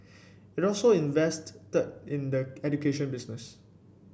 it also invested the in the education business